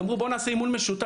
החליטו לעשות איתנו אימון משותף,